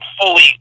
fully